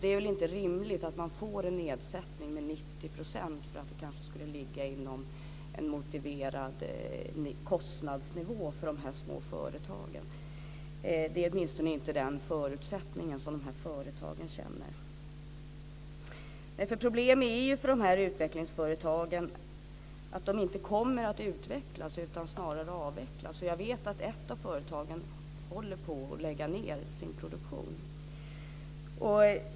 Det är väl inte rimligt att man får en nedsättning med 90 % för att det ska ligga på en motiverad kostnadsnivå för de små företagen. Det är åtminstone inte den förutsättningen som de här företagen känner. Problemet för de här utvecklingsföretagen är att de inte kommer att utvecklas utan snarare avvecklas, och jag vet att ett av företagen håller på att lägga ned sin produktion.